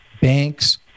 banks